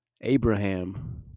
abraham